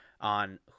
on